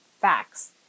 facts